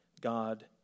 God